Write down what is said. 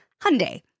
Hyundai